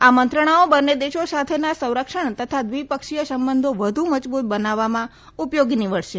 આ મંત્રણાઓ બંને દેશો સાથેના સંરક્ષણ તથા દ્વિપક્ષીય સંબંધો વધુ મજબૂત બનાવવામાં ઉપયોગી નીવડશે